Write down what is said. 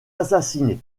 assassiné